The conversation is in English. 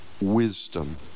wisdom